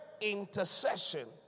intercession